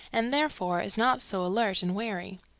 and therefore is not so alert and wary.